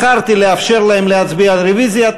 בחרתי לאפשר להם להצביע על הרוויזיה.